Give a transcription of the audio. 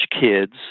kids